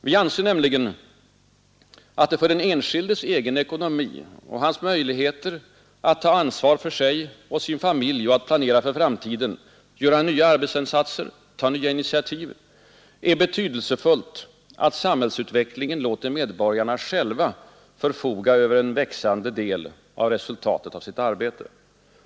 Vi anser nämligen att det för den enskildes egen ekonomi, för hans möjligheter att ta ansvar för sig och sin familj och att planera för framtiden, göra nya arbetsinsatser, ta nya initiativ — är betydelsefullt att älva förfoga över en växande samhällsutvecklingen låter medborgarna del av resultatet av sitt arbete.